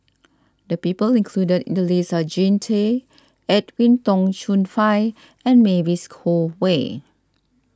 the people included in the list are Jean Tay Edwin Tong Chun Fai and Mavis Khoo Oei